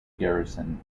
garrison